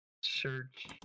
search